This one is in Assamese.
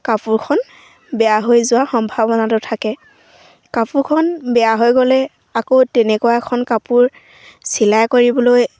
কাপোৰখন বেয়া হৈ যোৱা সম্ভাৱনাটো থাকে কাপোৰখন বেয়া হৈ গ'লে আকৌ তেনেকুৱা এখন কাপোৰ চিলাই কৰিবলৈ